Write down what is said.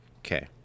Okay